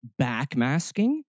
backmasking